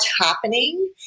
happening